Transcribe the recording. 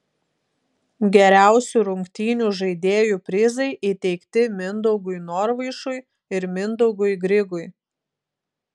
geriausių rungtynių žaidėjų prizai įteikti mindaugui norvaišui ir mindaugui grigui